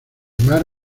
mar